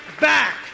back